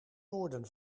woorden